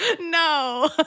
No